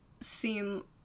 seem